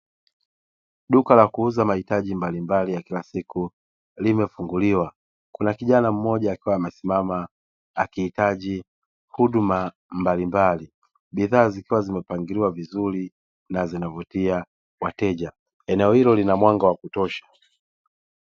Duka la kuuza mahitaji mbalimbali ya kila siku limefunguliwa, kuna kijana mmoja akiwa amesimama akihitaji huduma mbalimbali. Bidhaa zikiwa zimepangiliwa vizuri na zinavutia wateja, eneo hilo lina mwanga wa kutosha.